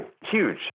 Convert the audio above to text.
huge